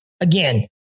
Again